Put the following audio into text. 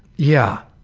yeah.